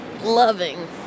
loving